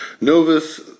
Novus